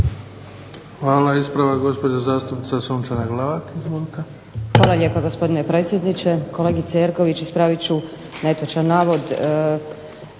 Hvala. Ispravak gospođa zastupnica Sunčana Glavak.